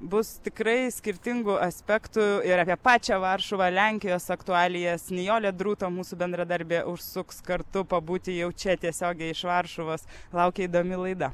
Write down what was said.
bus tikrai skirtingų aspektų ir apie pačią varšuvą lenkijos aktualijas nijolė druto mūsų bendradarbė užsuks kartu pabūti jau čia tiesiogiai iš varšuvos laukia įdomi laida